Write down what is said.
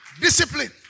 Discipline